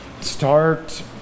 start